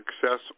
Success